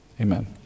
Amen